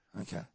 Okay